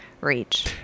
reach